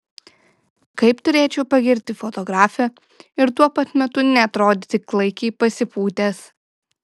kaip turėčiau pagirti fotografę ir tuo pat metu neatrodyti klaikiai pasipūtęs